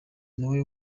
nawe